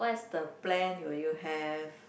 what is the plan will you have